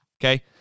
Okay